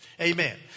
Amen